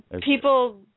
People